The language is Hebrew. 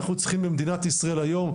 אנחנו צריכים במדינת ישראל היום,